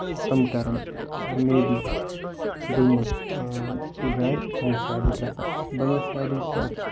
تِم کرن مے بی گُلمَرگ چہِ جایہِ Bangus valley prefer Bangus valley چھےٚ اکھ